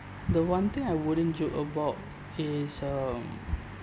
the one thing I wouldn't joke about is um